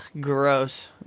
Gross